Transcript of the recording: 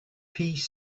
piece